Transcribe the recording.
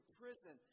prison